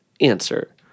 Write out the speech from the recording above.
answer